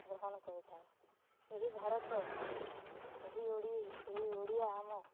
ଗ୍ରହଣ କରିଥାଏ ଏହି ଭାରତ ଏହି ଓଡ଼ି ଏହି ଓଡ଼ିଆ ଆମ